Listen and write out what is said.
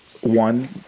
one